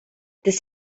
this